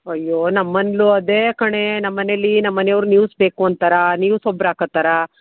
ಅಯ್ಯೋ ನಮ್ಮ ಮನೆಲೂ ಅದೇ ಕಣೇ ನಮ್ಮ ಮನೆಯಲ್ಲಿ ನಮ್ಮ ಮನೆಯವ್ರು ನ್ಯೂಸ್ ಬೇಕು ಅಂತಾರಾ ನ್ಯೂಸ್ ಒಬ್ರು ಹಾಕೋತಾರಾ